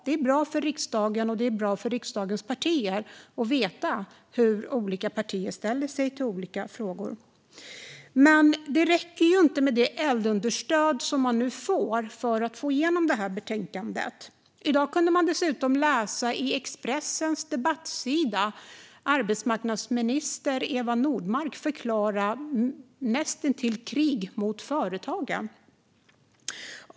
Det är bra för riksdagen, och det är bra för riksdagens partier att veta hur olika partier ställer sig till olika frågor. Men det räcker inte med det eldunderstöd som man nu får för att få igenom betänkandet. I dag kunde man dessutom läsa på Expressens debattsida hur arbetsmarknadsminister Eva Nordmark förklarar nästintill krig mot företagen.